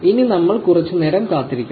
ഇനി നമ്മൾ കുറച്ചു നേരം കാത്തിരിക്കുന്നു